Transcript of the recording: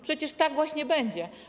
Przecież tak właśnie będzie.